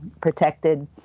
protected